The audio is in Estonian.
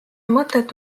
mõtet